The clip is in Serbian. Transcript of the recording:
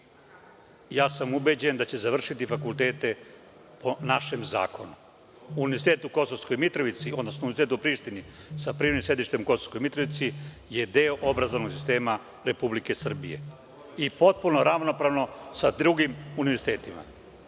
ja sam ubeđen da će završiti fakultete po našem zakonu. Univerzitet u Kosovskoj Mitrovici, odnosno Univerzitet u Prištini sa privremenim sedištem u Kosovskoj Mitrovici, je deo obrazovnog sistema Republike Srbije i potpuno je ravnopravan sa drugim univerzitetima.